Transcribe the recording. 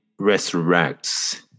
resurrects